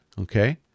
Okay